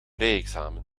rijexamen